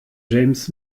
james